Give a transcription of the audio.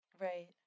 Right